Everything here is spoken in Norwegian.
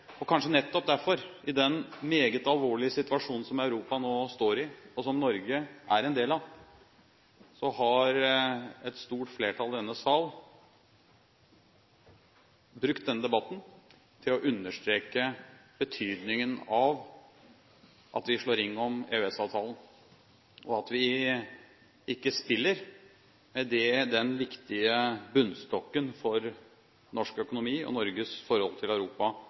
og kanskje nettopp derfor, i den meget alvorlige situasjonen som Europa nå står i, og som Norge er en del av, har et stort flertall i denne sal brukt denne debatten til å understreke betydningen av at vi slår ring om EØS-avtalen, og at vi ikke spiller med den viktige bunnstokken for norsk økonomi og Norges forhold til Europa